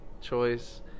choice